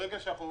צריכים